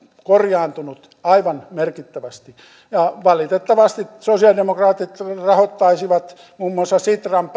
korjaantunut aivan merkittävästi valitettavasti sosialidemokraatit rahoittaisivat muun muassa sitran